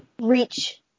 reach